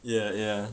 ya ya